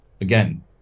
again